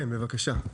כן, בבקשה.